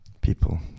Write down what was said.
people